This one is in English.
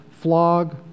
flog